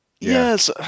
yes